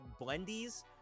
blendies